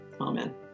Amen